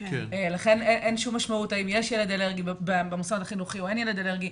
לכן אין שום משמעות האם יש ילד אלרגי במוסד החינוכי ואם אין ילד אלרגי.